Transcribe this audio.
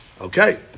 Okay